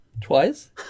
Twice